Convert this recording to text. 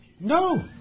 No